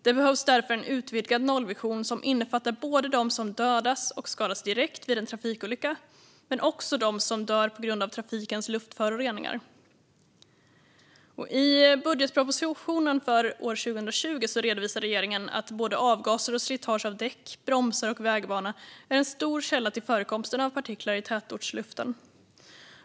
Det behövs därför en utvidgad nollvision som innefattar både dem som dödas och skadas direkt vid en trafikolycka och dem som dör på grund av trafikens luftföroreningar. I budgetpropositionen för år 2020 redovisade regeringen att både avgaser och slitage på däck, bromsar och vägbana är en stor källa till förekomsten av partiklar i tätortsluften.